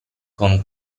con